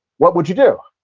what would you do?